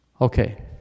Okay